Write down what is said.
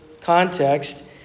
context